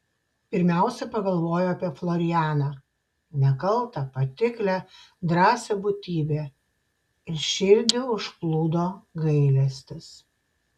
pirmiausia pagalvojo apie florianą nekaltą patiklią drąsią būtybę ir širdį užplūdo gailestis